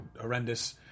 horrendous